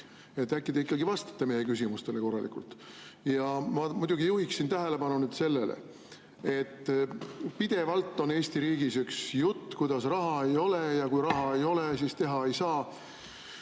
Äkki te ikkagi vastate meie küsimustele korralikult? Ma muidugi juhiksin tähelepanu sellele, et pidevalt on Eesti riigis jutt, kuidas raha ei ole, ja kui raha ei ole, siis teha ei saa.